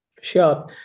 Sure